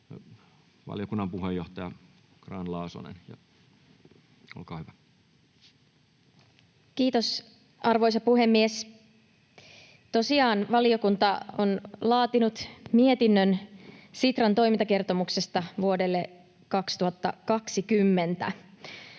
Valiokunnan puheenjohtaja Grahn-Laasonen, olkaa hyvä. Kiitos, arvoisa puhemies! Tosiaan, valiokunta on laatinut mietinnön Sitran toimintakertomuksesta vuodelle 2020.